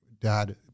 Dad